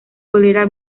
tolera